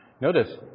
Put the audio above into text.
notice